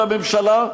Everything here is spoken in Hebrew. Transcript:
על הממשלה,